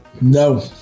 no